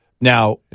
Now